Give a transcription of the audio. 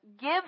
Give